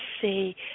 see